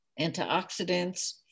antioxidants